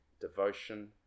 devotion